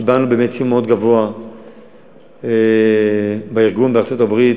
קיבלנו באמת ציון מאוד גבוה בארגון בארצות-הברית,